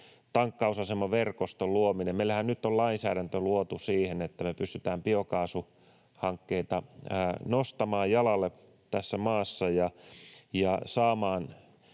biokaasutankkausasemaverkoston luominen: Meillähän nyt on lainsäädäntö luotu siihen, että me pystytään biokaasuhankkeita nostamaan jalalle tässä maassa ja saamaan